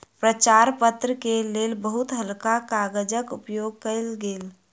प्रचार पत्र के लेल बहुत हल्का कागजक उपयोग कयल गेल